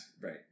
right